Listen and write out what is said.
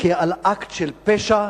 כעל אקט של פשע,